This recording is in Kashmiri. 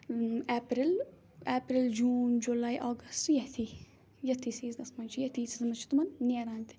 April April June July August یتھی یَتھی سیٖزنَس منٛز چھِ یَتھی سیٖزنَس منٛز چھِ تمَن نیران تہِ